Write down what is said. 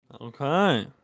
Okay